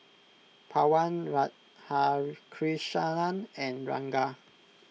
Pawan Radhakrishnan and Ranga